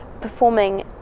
performing